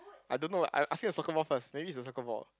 I don't know I asking the soccer ball first maybe is a soccer ball